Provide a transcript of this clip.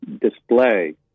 display